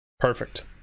perfect